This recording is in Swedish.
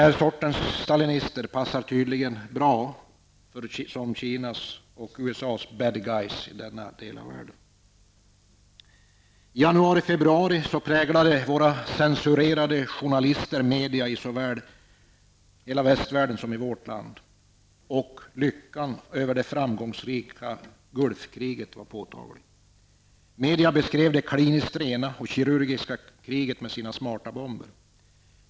Den sortens stalinister passar tydligen bra som USAs och Kinas ''bad guys'' i denna del av världen. I januari februari präglade våra censurerade journalister median såväl i hela västvärlden som i vårt land, och lyckan över det framgångsrika Gulfkriget var påtaglig. Media beskrev det kliniskt rena och kirurgiska kriget med sina smarta bomber.